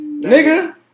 Nigga